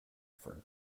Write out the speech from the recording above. for